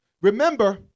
Remember